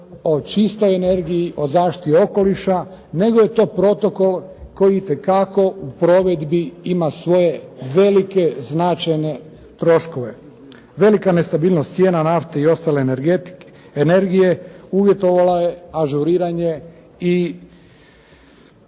o čistoj energiji, o zaštiti okoliša nego je to Protokol koji itekako u provedbi ima svoje velike značajne troškove. Velika nestabilnost cijena nafte i ostale energije uvjetovala je ažuriranje i